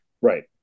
Right